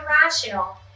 irrational